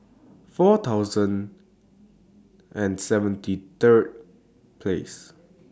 four thousand and seventy Third Place